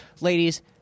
Ladies